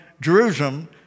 Jerusalem